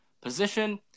position